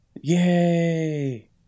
Yay